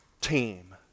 team